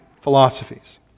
philosophies